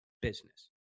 business